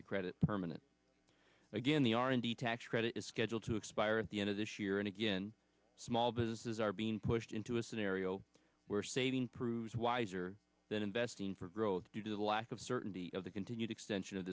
the credit permanent again the r and d tax credit is scheduled to expire at the end of this year and again small businesses are being pushed into a scenario where saving proves wiser than investing for growth due to the lack of certainty of the continued extension of